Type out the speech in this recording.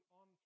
on